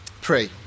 pray